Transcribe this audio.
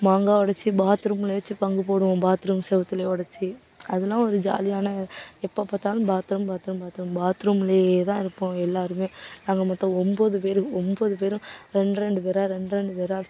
மாங்காய் ஒடைச்சி பாத்ரூமில் வச்சு பங்கு போடுவோம் பாத்ரூம் சுவுத்துலேயே ஒடைச்சி அதலாம் ஒரு ஜாலியான எப்போ பார்த்தாலும் பாத்ரூம் பாத்ரூம் பாத்ரூம் பாத்ரூம்லேயே தான் இருப்போம் எல்லோருமே நாங்கள் மொத்தம் ஒம்போது பேர் ஒம்போது பேரும் ரெண்டு ரெண்டு பேராக ரெண்டு ரெண்டு பேராக